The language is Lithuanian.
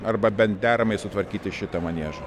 arba bent deramai sutvarkyti šitą maniežą